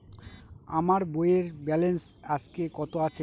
আমার বইয়ের ব্যালেন্স আজকে কত আছে?